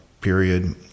period